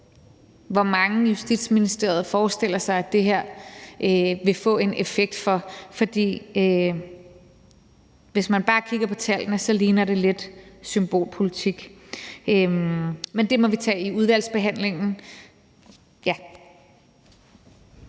hvor mange Justitsministeriet forestiller sig at det her vil få en effekt for, for hvis man bare kigger på tallene, ligner det lidt symbolpolitik, men det må vi tage i udvalgsbehandlingen. Kl.